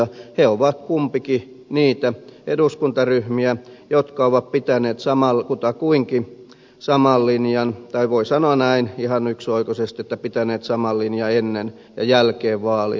ne ovat kumpikin niitä eduskuntaryhmiä jotka ovat pitäneet kutakuinkin saman linjan tai voi sanoa näin ihan yksioikoisesti että pitäneet saman linjan ennen ja jälkeen vaalien